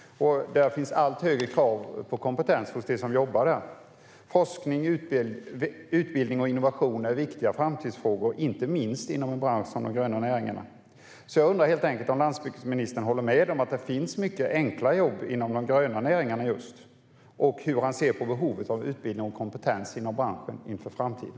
Det ställs allt högre krav på kompetens hos dem som jobbar där. Forskning, utbildning och innovation är viktiga framtidsfrågor, inte minst inom en bransch som de gröna näringarna. Jag undrar helt enkelt om landsbygdsministern håller med om att det finns många enkla jobb inom just de gröna näringarna och hur han ser på behovet av utbildning och kompetens inom branschen inför framtiden.